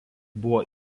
buvo